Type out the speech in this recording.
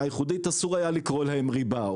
הייחודית אסור היה לקרוא להן ריבה,